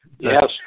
Yes